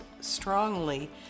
strongly